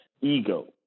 ego